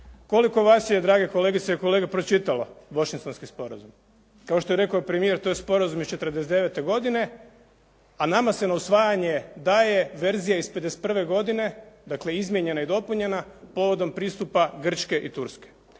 koliko vas je drage kolegice i kolege pročitalo Washingtonski sporazum. Kao što je rekao premijer to je sporazum iz '49. godine, a nama se na usvajanje daje verzija iz '51. godine, dakle izmijenjena i dopunjena povodom pristupa Grčke i Turske.